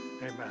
Amen